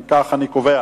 אם כך, אני קובע